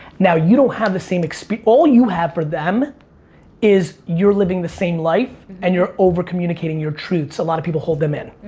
now you don't have the same. all you have for them is you're living the same life and you're over-communicating your truths. a lot of people hold them in.